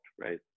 right